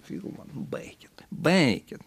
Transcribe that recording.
filmą baikit baikit